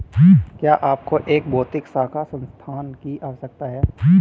क्या आपको एक भौतिक शाखा स्थान की आवश्यकता है?